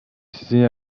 sizi